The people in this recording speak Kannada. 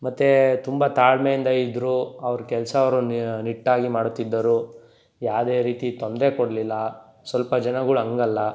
ಮತ್ತೆ ತುಂಬ ತಾಳ್ಮೆಯಿಂದ ಇದ್ದರು ಅವ್ರ ಕೆಲಸ ಅವರು ನಿಟ್ಟಾಗಿ ಮಾಡುತ್ತಿದ್ದರು ಯಾವುದೇ ರೀತಿ ತೊಂದರೆ ಕೊಡಲಿಲ್ಲ ಸ್ವಲ್ಪ ಜನಗಳು ಹಂಗಲ್ಲ